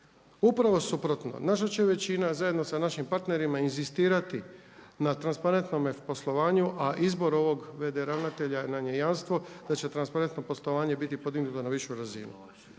Upravo suprotno naša će većina zajedno sa našim partnerima inzistirati na transparentnome poslovanju a izbor ovog VD ravnatelja naj je jamstvo da će transparentno poslovanje biti podignuto na višu razinu.